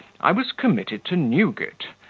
i was committed to newgate,